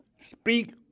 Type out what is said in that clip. speak